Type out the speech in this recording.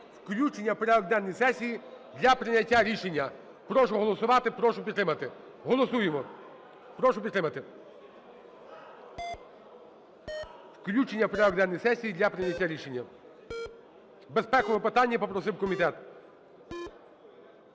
включення в порядок денний сесії для прийняття рішення. Прошу голосувати, прошу підтримати. Голосуємо, прошу підтримати. Включення в порядок денний сесії для прийняття рішення. Безпекове питання, і попросив комітет.